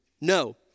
No